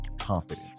confidence